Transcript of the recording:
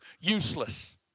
useless